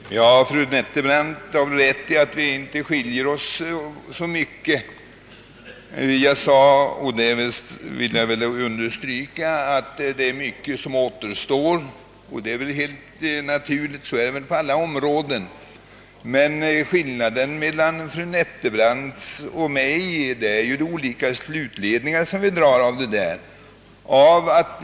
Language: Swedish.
Herr talman! Fru Nettelbrandt har rätt i att det inte är så mycket som skiljer oss åt. Jag sade förut och vill understryka det ännu en gång, att en hel del återstår att göra. Så är det väl på alla områden. Men skillnaden mellan fru Nettelbrandt och mig ligger i de olika slutledningar vi drar av det förhållandet.